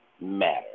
matter